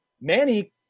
Manny